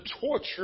torture